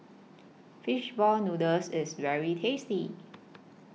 Fish Ball Noodles IS very tasty